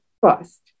first